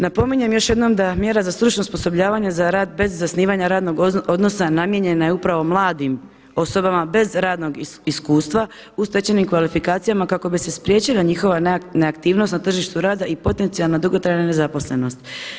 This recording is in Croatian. Napominjem još jednom da mjera za stručno osposobljavanje za rad bez zasnivanja radnog odnosa namijenjena je upravo mladim osobama bez radnog iskustva u stečenim kvalifikacijama kako bi se spriječila njihova neaktivnost na tržištu rada i potencijalna dugotrajna nezaposlenost.